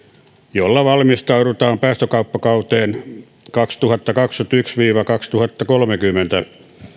jolla valmistaudutaan päästökauppakauteen kaksituhattakaksikymmentäyksi viiva kaksituhattakolmekymmentä ehdotetut